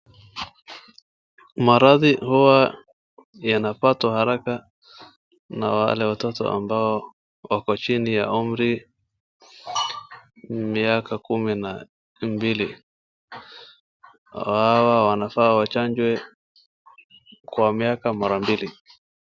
Maradhi huwa yanapatwa haraka na wale watoto ambao wako chini ya umri miaka kumi na mbili. Hawa wanafaa wachanjwe kwa mwaka mara mbili.